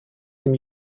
dem